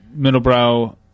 middlebrow